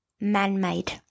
man-made